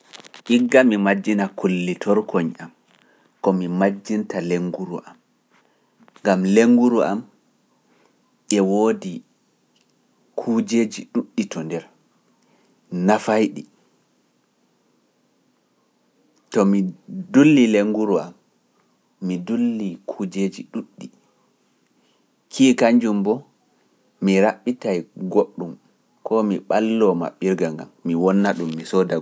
Igga mi majjina kullitorkoñ am, komi majjinta lennguru am, ngam lennguru am e woodi kuujeeji ɗuuɗɗi to nder nafayɗi, to mi dullii lennguru am mi dullii kuujeeji ɗuuɗɗi, key kannjum boo mi raɓɓitay goɗɗum, koo mi ɓalloo maɓɓirga ngan, mi wonna-ɗum, mi sooda go-